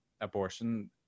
abortion